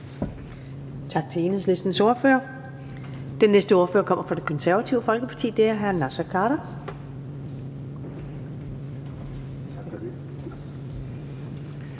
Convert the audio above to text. Tak til Enhedslistens ordfører. Den næste ordfører kommer fra Det Konservative Folkeparti, og det er hr. Naser Khader.